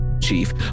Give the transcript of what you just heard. Chief